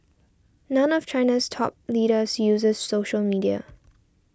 none of China's top leaders uses social media